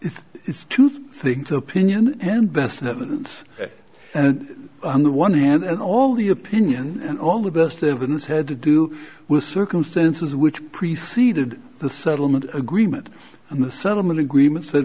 so it is two things opinion and best evidence and i'm the one hand and all the opinion and all the best evidence had to do with circumstances which preceded the settlement agreement and the settlement agreement said